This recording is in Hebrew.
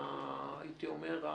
הייתי אומר,